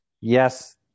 yes